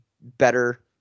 better